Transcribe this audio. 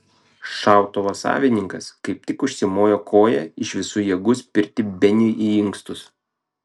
šautuvo savininkas kaip tik užsimojo koja iš visų jėgų spirti beniui į inkstus